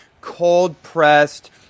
cold-pressed